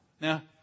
Now